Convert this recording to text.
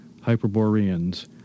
Hyperboreans